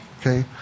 Okay